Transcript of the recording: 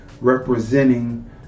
representing